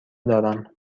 دارم